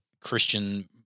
Christian